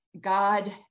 god